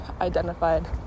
identified